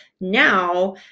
now